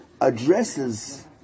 addresses